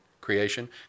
creation